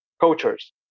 cultures